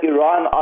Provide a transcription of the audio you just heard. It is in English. Iran